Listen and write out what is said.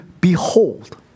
behold